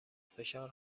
فشار